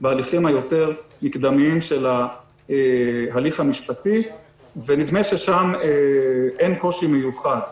בהליכים המקדמיים יותר של ההליך המשפטי ונדמה ששם אין קושי מיוחד.